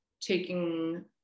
taking